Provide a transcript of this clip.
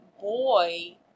boy